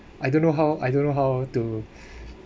I don't know how I don't know how to